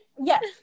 Yes